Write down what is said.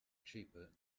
cheaper